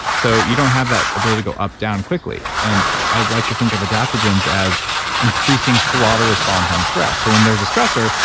so you don't have that ability to go up down quickly. and i'd like to think of adaptogens as increasing throttle response on stress. so when there's a stressor,